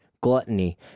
gluttony